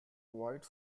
white